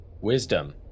Wisdom